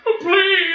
please